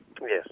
Yes